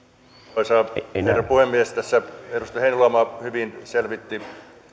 arvoisa herra puhemies tässä edustaja heinäluoma hyvin selvitti